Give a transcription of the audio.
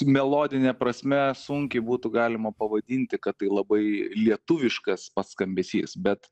melodine prasme sunkiai būtų galima pavadinti kad tai labai lietuviškas skambesys bet